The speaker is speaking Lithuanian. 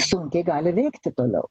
sunkiai gali veikti toliau